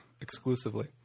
exclusively